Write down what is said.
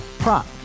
Prop